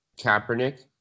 Kaepernick